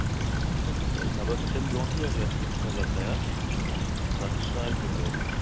اَہن حظ مےٚ باسان تَمہِ برٛونٛٹھٕے حظ آسہِ اِنشاء اللہ تَیار کیٚنہہ چھُنہٕ سُہ حظ چھِ سٲنۍ ذمِہٕ دٲری